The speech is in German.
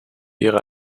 ihre